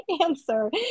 answer